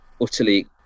utterly